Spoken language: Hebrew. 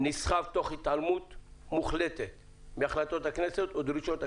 הוא נסחב תוך התעלמות מוחלטת מהחלטות הכנסת ומדרישות הכנסת.